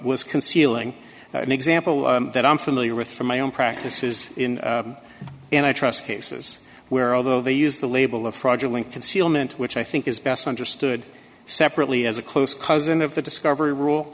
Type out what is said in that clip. was concealing an example that i'm familiar with from my own practices and i trust cases where although they use the label of fraudulent concealment which i think is best understood separately as a close cousin of the discovery rule